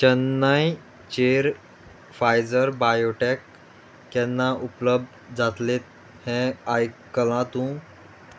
चेन्नयचेर Pfizer biotech केन्ना उपलब्ध जातलें हें आयकलां तूं